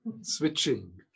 switching